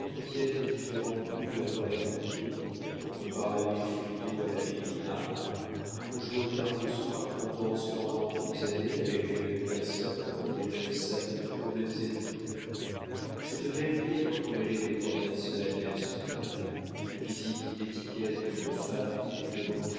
s'entretiennent des différents crus de la parole de dieu l'on compare l'abbé fritaud à l'abbé guinard on joue aux cartes le soir on danse pendant douze années avec les mêmes personnes dans les mêmes salons aux mêmes époques cette belle vie est entremêlée de promenades solennelles sur le mail de visites d'étiquette entre femmes qui vous demandent